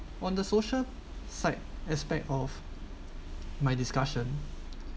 on the social side aspect of my discussion